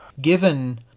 Given